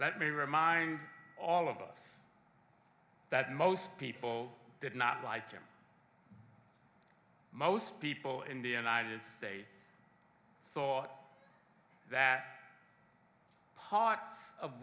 me remind all of us that most people did not like him most people in the united states saw that part of